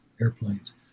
airplanes